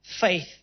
faith